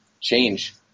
change